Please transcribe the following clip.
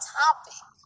topic